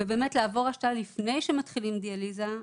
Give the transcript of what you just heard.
לעבור השתלה לפני שמתחילים דיאליזה,